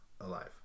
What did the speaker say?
alive